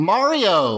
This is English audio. Mario